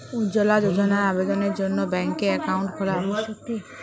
উজ্জ্বলা যোজনার আবেদনের জন্য ব্যাঙ্কে অ্যাকাউন্ট খোলা আবশ্যক কি?